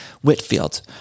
Whitfield